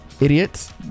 Idiots